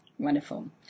Wonderful